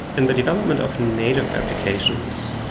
in the development of native applications,